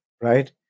right